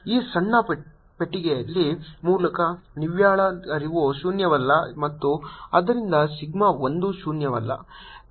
ಈ ಸಣ್ಣ ಪೆಟ್ಟಿಗೆಯ ಮೂಲಕ ನಿವ್ವಳ ಹರಿವು ಶೂನ್ಯವಲ್ಲ ಮತ್ತು ಆದ್ದರಿಂದ ಸಿಗ್ಮಾ 1 ಶೂನ್ಯವಲ್ಲ